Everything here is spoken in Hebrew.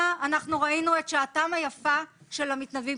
אנחנו ראינו את שעתם היפה של המתנדבים.